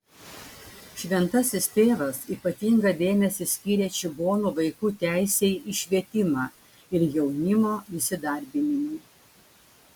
šventasis tėvas ypatingą dėmesį skyrė čigonų vaikų teisei į švietimą ir jaunimo įsidarbinimui